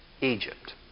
Egypt